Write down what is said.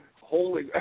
holy